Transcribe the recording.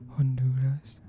Honduras